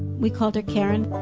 we called her keren,